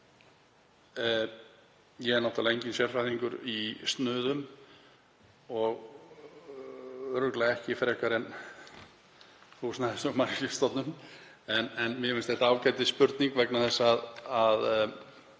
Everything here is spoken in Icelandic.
Ég er náttúrlega enginn sérfræðingur í snuðum, örugglega ekki frekar en Húsnæðis- og mannvirkjastofnun, en mér finnst þetta ágætisspurning vegna þess að